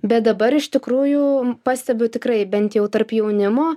bet dabar iš tikrųjų pastebiu tikrai bent jau tarp jaunimo